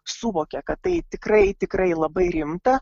suvokė kad tai tikrai tikrai labai rimta